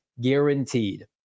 guaranteed